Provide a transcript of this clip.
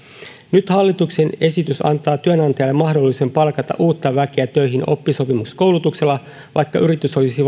nyt hallituksen esitys antaa työnantajalle mahdollisuuden palkata uutta väkeä töihin oppisopimuskoulutuksella vaikka yritys olisi